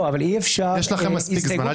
יש לכם מספיק זמן,